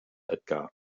edgar